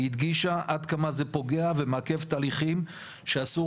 היא הדגישה עד כמה זה פוגע ומעכב תהליכים שאסור